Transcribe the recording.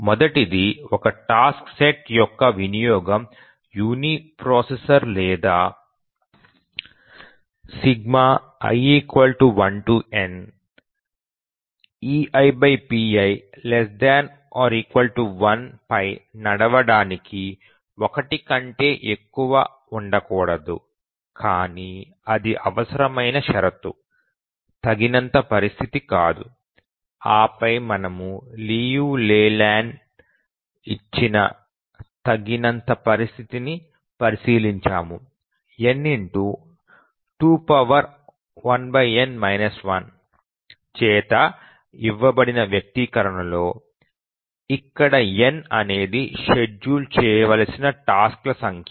మొదటిది ఒక task set యొక్క వినియోగం యునిప్రాసెసర్ లేదా i1n eipi 1 పై నడపడానికి 1 కంటే ఎక్కువ ఉండకూడదు కానీ అది అవసరమైన షరతు తగినంత పరిస్థితి కాదు ఆ పై మనము లియు లేలాండ్స్ ఇచ్చిన తగినంత పరిస్థితిని పరిశీలించాము n21n 1 చేత ఇవ్వబడిన వ్యక్తీకరణలో ఇక్కడ n అనేది షెడ్యూల్ చేయవలసిన టాస్క్ ల సంఖ్య